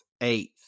eighth